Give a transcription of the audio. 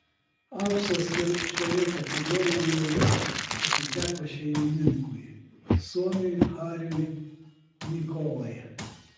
auksas ir šioje kategorijoje atiteko šeimininkui suomiui hariui nikolai